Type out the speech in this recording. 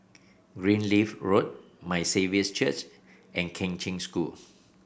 Greenleaf Road My Saviour's Church and Kheng Cheng School